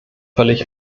völlig